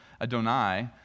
Adonai